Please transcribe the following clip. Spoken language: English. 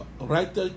right